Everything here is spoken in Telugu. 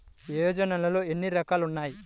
యోజనలో ఏన్ని రకాలు ఉన్నాయి?